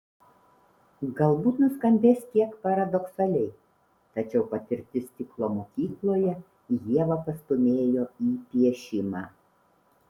galbūt nuskambės kiek paradoksaliai tačiau patirtis stiklo mokykloje ievą pastūmėjo į piešimą